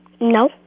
No